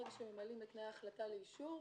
ברגע שממלאים את תנאי ההחלטה לאישור,